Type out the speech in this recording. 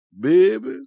baby